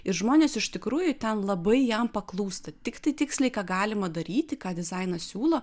ir žmonės iš tikrųjų ten labai jam paklūsta tiktai tiksliai ką galima daryti ką dizainas siūlo